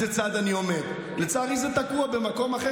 אני לא יודע איזה הצעה הולכת לעלות לסדר-היום,